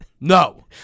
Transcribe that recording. No